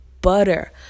butter